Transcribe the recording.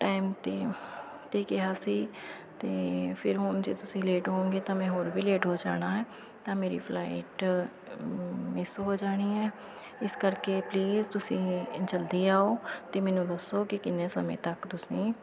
time 'ਤੇ 'ਤੇ ਕਿਹਾ ਸੀ ਅਤੇ ਫਿਰ ਹੁਣ ਜੇ ਤੁਸੀਂ ਲੇਟ ਹੋਊਗੇ ਅਤੇ ਮੈਂ ਹੋਰ ਵੀ ਲੇਟ ਹੋ ਜਾਣਾ ਤਾਂ ਮੇਰੀ ਫਲਾਈਟ ਮਿਸ ਹੋ ਜਾਣੀ ਹੈ ਇਸ ਕਰਕੇ ਪਲੀਜ਼ ਤੁਸੀਂ ਜਲਦੀ ਆਓ ਅਤੇ ਮੈਨੂੰ ਦੱਸੋ ਕਿ ਕਿੰਨੇ ਸਮੇਂ ਤੱਕ ਤੁਸੀਂ